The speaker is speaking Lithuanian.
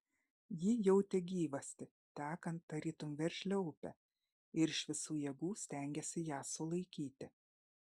ji jautė gyvastį tekant tarytum veržlią upę ir iš visų jėgų stengėsi ją sulaikyti